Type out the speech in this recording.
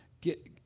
get